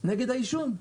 נגד העישון.